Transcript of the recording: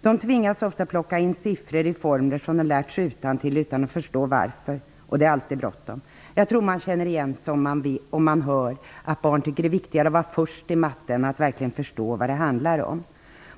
De tvingas ofta att plocka in siffror i formler som de har lärt sig utantill utan att förstå varför. Det är alltid bråttom. Jag tror att man känner igen sig när man hör att barn tycker att det är viktigare att vara bäst i matten än att verkligen förstå vad det handlar om.